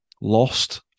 lost